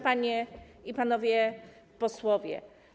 Panie i Panowie Posłowie!